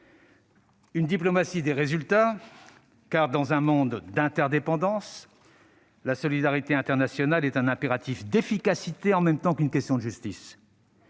Une diplomatie des résultats, car, dans un monde d'interdépendances, la solidarité internationale est un impératif d'efficacité en même temps qu'une question de justice.